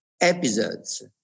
episodes